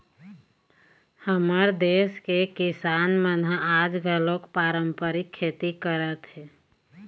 हमर देस के किसान मन ह आज घलोक पारंपरिक खेती करत हे